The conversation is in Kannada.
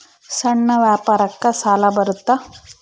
ಸಣ್ಣ ವ್ಯಾಪಾರಕ್ಕ ಸಾಲ ಬರುತ್ತಾ?